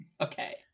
okay